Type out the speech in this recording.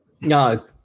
No